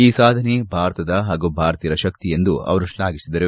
ಈ ಸಾಧನೆ ಭಾರತದ ಹಾಗೂ ಭಾರತೀಯರ ಶಕ್ತಿ ಎಂದು ಶ್ವಾಘಿಸಿದರು